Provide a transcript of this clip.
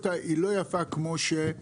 היא לא יפה כמו שהוא